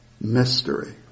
mystery